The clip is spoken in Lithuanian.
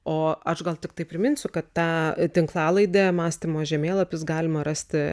o aš gal tiktai priminsiu kad tą tinklalaidę mąstymo žemėlapis galima rasti